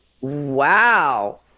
Wow